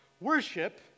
Worship